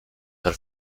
her